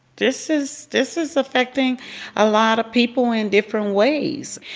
this is this is affecting a lot of people in different ways.